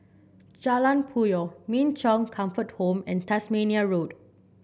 Jalan Puyoh Min Chong Comfortable and Tasmania Road